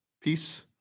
peace